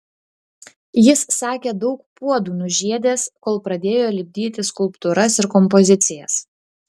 jis sakė daug puodų nužiedęs kol pradėjo lipdyti skulptūras ir kompozicijas